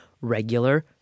regular